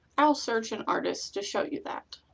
i will search an artist to show you that.